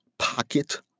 Pocket